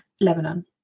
Lebanon